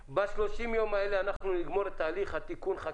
כשב-30 ימים האלה נגמור את תהליך החקיקה